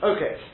Okay